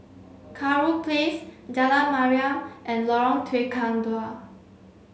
Kurau Place Jalan Mariam and Lorong Tukang Dua